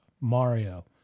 mario